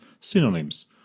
synonyms